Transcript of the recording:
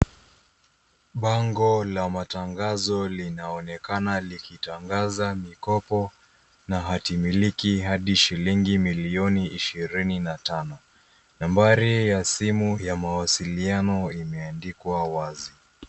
Bango la matangazo linaonekana likitangaza mkopo na hati miliki hadi shilingi million ishirini na tano nambari ya simu ya mawasiliano imeandikwa wazi.